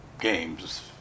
games